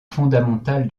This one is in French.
fondamental